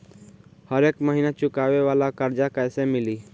हरेक महिना चुकावे वाला कर्जा कैसे मिली?